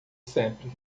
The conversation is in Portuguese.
sempre